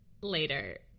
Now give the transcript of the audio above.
later